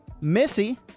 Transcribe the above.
Missy